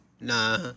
nah